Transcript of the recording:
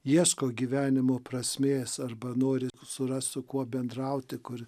ieško gyvenimo prasmės arba nori surast su kuo bendrauti kur